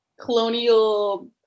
colonial